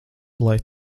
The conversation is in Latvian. lai